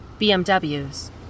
BMWs